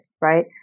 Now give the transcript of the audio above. right